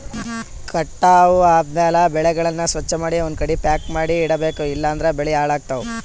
ಕಟಾವ್ ಆದ್ಮ್ಯಾಲ ಬೆಳೆಗಳನ್ನ ಸ್ವಚ್ಛಮಾಡಿ ಒಂದ್ಕಡಿ ಪ್ಯಾಕ್ ಮಾಡಿ ಇಡಬೇಕ್ ಇಲಂದ್ರ ಬೆಳಿ ಹಾಳಾಗ್ತವಾ